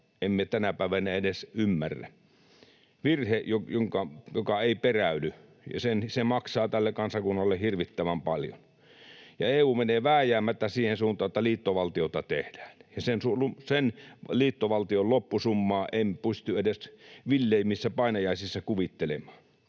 emme tänä päivänä edes ymmärrä. Se on virhe, joka ei peräydy, ja se maksaa tälle kansakunnalle hirvittävän paljon. EU menee vääjäämättä siihen suuntaan, että liittovaltiota tehdään, ja sen liittovaltion loppusummaa en pysty edes villeimmissä painajaisissa kuvittelemaan.